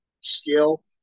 skill